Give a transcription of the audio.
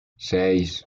seis